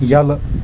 یلہٕ